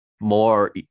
more